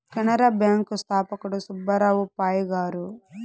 Canara bank స్థాపకుడు సుబ్బారావు పాయ్ గారు